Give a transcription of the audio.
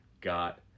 got